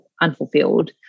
unfulfilled